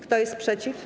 Kto jest przeciw?